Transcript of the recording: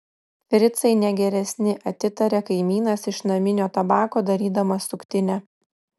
fricai ne geresni atitaria kaimynas iš naminio tabako darydamas suktinę